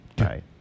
Right